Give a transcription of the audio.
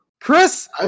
Chris